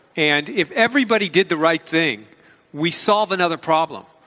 and if everybody did the right thing we solve another problem.